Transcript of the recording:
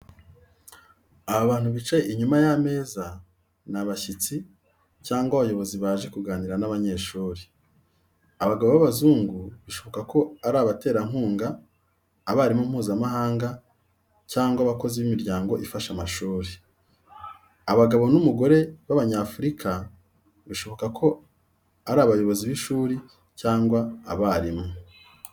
Aba bantu bicaye inyuma y'ameza ni abashyitsi cyangwa abayobozi baje kuganira n'abanyeshuri. Abagabo b’abazungu bishoboka ko ari abaterankunga, abarimu Mpuzamahanga cyangwa abakozi b’imiryango ifasha amashuri. Abagabo n'umugore b'Abanyafurika bishoboka ko ari abayobozi b'ishuri cyangwa abarimu.